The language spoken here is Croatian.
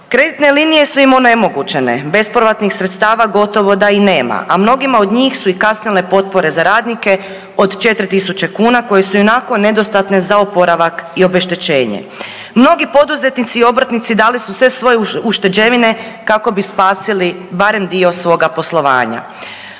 Kreditne linije su im onemogućene, bespovratnih sredstava gotovo da i nema, a mnogima od njih su i kasnile i potpore za radnike od 4.000 kuna koje su ionako nedostatne za oporavak i obeštećenje. Mnogi poduzetnici i obrtnici dali su sve svoje ušteđevine kako bi spasili barem dio svoga poslovanja.